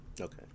Okay